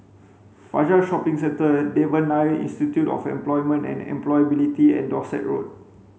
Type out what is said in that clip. Fajar Shopping Centre Devan Nair Institute of Employment and Employability and Dorset Road